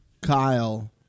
Kyle